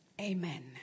Amen